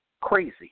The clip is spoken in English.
crazy